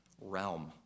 realm